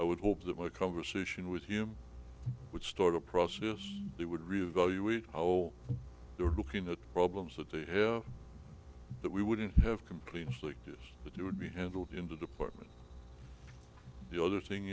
i would hope that my conversation with him would start a process they would reevaluating how they're looking at problems that they have that we wouldn't have complete but there would be handled in the department the other thing